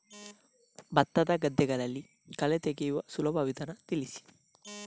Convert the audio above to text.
ಭತ್ತದ ಗದ್ದೆಗಳಲ್ಲಿ ಕಳೆ ತೆಗೆಯುವ ಸುಲಭ ವಿಧಾನ ತಿಳಿಸಿ?